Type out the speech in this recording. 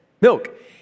milk